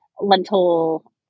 lentil